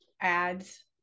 ads